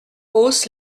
hausse